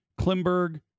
Klimberg